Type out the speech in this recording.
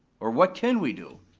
or what can we do?